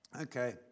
Okay